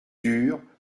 dure